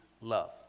love